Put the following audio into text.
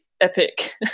epic